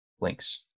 links